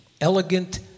elegant